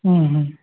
হুঁ